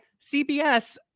cbs